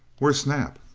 where's snap?